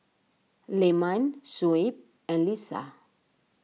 Leman Shuib and Lisa